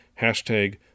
Hashtag